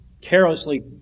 carelessly